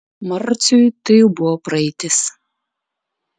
marciui tai jau buvo praeitis